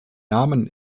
namen